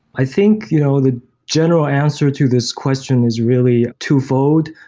i think you know the general answer to this question is really twofold.